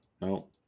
No